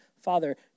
Father